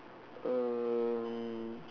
um